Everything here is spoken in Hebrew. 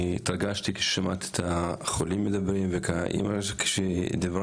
אני התרגשתי כששמעתי את החולים מדברים ואת האימא שדיברה.